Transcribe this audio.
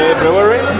brewery